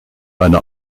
eine